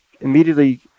immediately